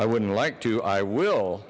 i wouldn't like to i will